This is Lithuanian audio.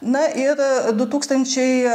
na ir du tūkstančiai